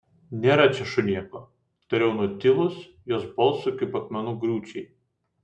nėra čia šunėko tariau nutilus jos balsui kaip akmenų griūčiai